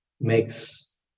makes